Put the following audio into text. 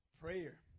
Prayer